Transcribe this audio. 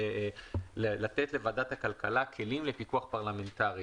לתת לוועדת הכלכלה כלים לפיקוח פרלמנטרי,